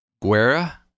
Guerra